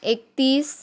एकतीस